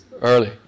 early